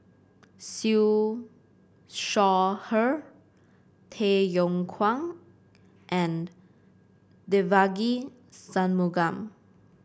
Siew Shaw Her Tay Yong Kwang and Devagi Sanmugam